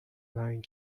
line